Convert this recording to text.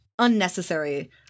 unnecessary